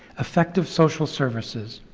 effective social services,